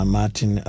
Martin